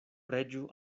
preĝu